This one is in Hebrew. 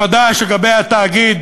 החדש, לגבי התאגיד